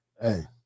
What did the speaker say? Hey